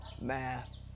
math